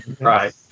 Right